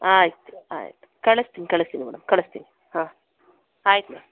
ಆಯ್ತು ಆಯ್ತು ಕಳಸ್ತೀನಿ ಕಳಸ್ತೀನಿ ಮೇಡಮ್ ಕಳಿಸ್ತೀನಿ ಹಾಂ ಆಯ್ತು ಮೇಡಮ್